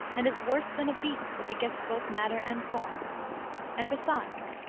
and is worse than a beast that begets both matter and form and, besides,